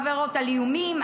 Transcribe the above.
עבירות על איומים,